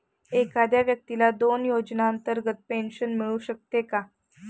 एखाद्या व्यक्तीला दोन योजनांतर्गत पेन्शन मिळू शकते का?